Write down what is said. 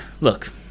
look